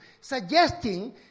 suggesting